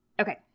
Okay